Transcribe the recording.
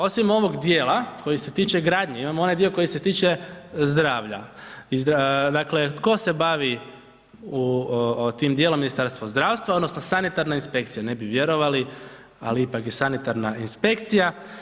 Osim ovog djela koji se tiče gradnje, imamo onaj dio koji se tiče zdravlja, dakle tko se bavi tim djelom u Ministarstvu zdravstva, odnosno sanitarna inspekcija, ne bi vjerovali ali ipak je sanitarna inspekcija.